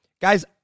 guys